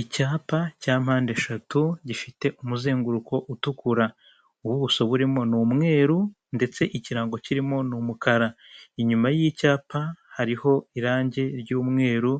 Icyapa cya mpandeshatu gifite umuzenguruko utukura ubuso burimo ni umweru ndetse ikirango kirimo ni umukara. Inyuma y'icyapa hariho irangi ry'umweru